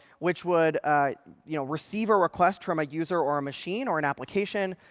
which would you know receive a request from a user or a machine or an application.